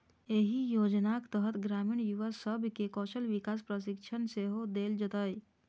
एहि योजनाक तहत ग्रामीण युवा सब कें कौशल विकास प्रशिक्षण सेहो देल जेतै